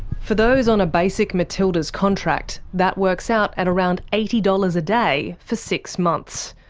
for those on a basic matildas contract, that works out and around eighty dollars a day, for six months.